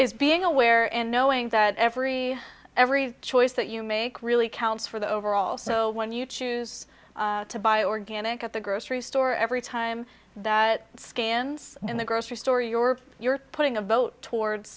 is being aware and knowing that every every choice that you make really counts for the overall so when you choose to buy organic at the grocery store every time that scans in the grocery store you're you're putting a vote towards